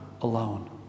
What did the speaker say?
alone